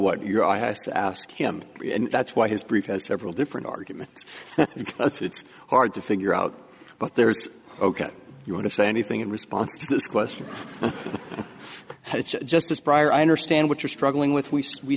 what your eye has to ask him and that's why his brief has several different arguments that it's hard to figure out but there's ok you want to say anything in response to this question just as prior i understand what you're struggling with we